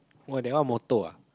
!wah! that one motor ah